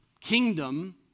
kingdom